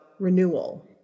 renewal